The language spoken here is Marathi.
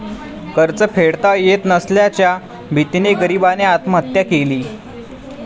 कर्ज फेडता येत नसल्याच्या भीतीने गरीबाने आत्महत्या केली